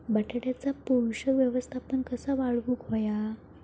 बटाट्याचा पोषक व्यवस्थापन कसा वाढवुक होया?